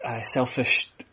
selfish